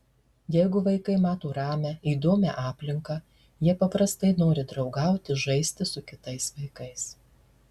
jeigu vaikai mato ramią įdomią aplinką jie paprastai nori draugauti žaisti su kitais vaikais